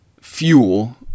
fuel